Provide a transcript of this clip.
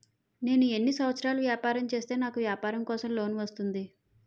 నేను ఎన్ని సంవత్సరాలు వ్యాపారం చేస్తే నాకు వ్యాపారం కోసం లోన్ వస్తుంది?